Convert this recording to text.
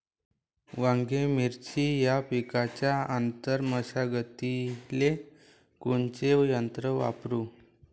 वांगे, मिरची या पिकाच्या आंतर मशागतीले कोनचे यंत्र वापरू?